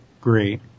great